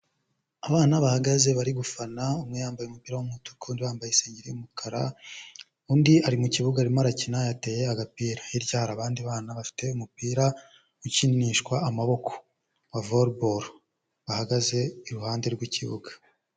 Abana bahagaze bari gufana, umwe yambaye umupira w'umutuku, undi yambaye isengeri y'umukara, undi ari mu kibuga arimo arakina yateye agapira, hirya hari abandi bana bafite umupira ukinishwa amaboko wa Voleboro, bahagaze iruhande rw'ikibuga.